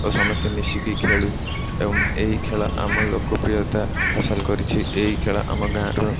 ଓ ସମସ୍ତେ ମିଶିକି ଖେଳୁ ଏବଂ ଏହି ଖେଳ ଆମ ଲୋକପ୍ରିୟତା ହାସଲ କରିଛି ଏହି ଖେଳ ଆମ ଗାଁରୁ